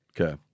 Okay